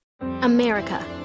America